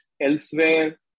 elsewhere